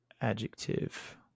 adjective